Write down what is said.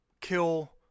kill